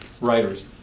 writers